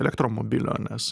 elektromobilio nes